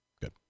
good